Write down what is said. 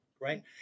right